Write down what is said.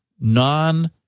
non